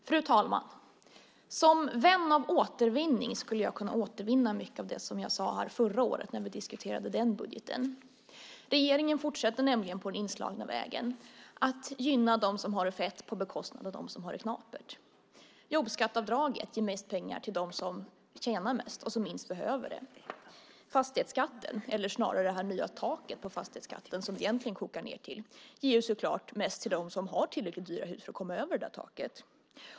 Fru talman! Som vän av återvinning skulle jag kunna återvinna mycket av det som jag sade här förra året när vi då diskuterade den budgeten. Regeringen fortsätter nämligen på den inslagna vägen: att gynna dem som har det fett på bekostnad av dem som har det knapert. Jobbskatteavdraget ger mest pengar till dem som tjänar mest och som minst behöver det. Fastighetsskatten, eller snarare det nya taket för fastighetsskatten som det egentligen kokar ned till, ger så klart mest till dem som har tillräckligt dyra hus för att komma över taket.